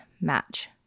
match